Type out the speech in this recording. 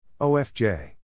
OFJ